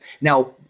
Now